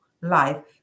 life